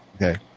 okay